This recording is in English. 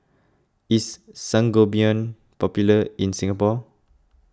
is Sangobion popular in Singapore